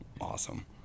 Awesome